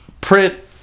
print